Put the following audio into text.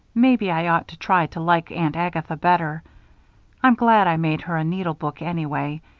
maybe i ought to try to like aunt agatha better i'm glad i made her a needle-book, anyway,